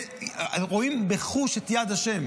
רואים בחוש את יד השם.